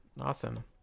Awesome